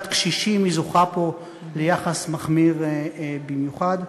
קשישים זוכה פה ליחס מחמיר במיוחד,